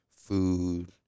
food